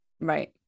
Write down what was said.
Right